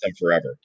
forever